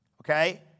okay